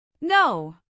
No